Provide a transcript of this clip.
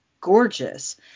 gorgeous